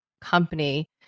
company